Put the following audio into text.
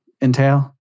entail